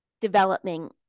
developing